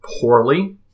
poorly